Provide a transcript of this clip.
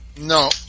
No